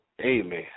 Amen